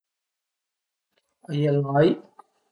A ie l'ai